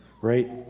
right